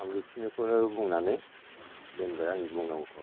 आं बेखिनिखौ बुंनानै दोनबाय आंनि बुंनांगौखौ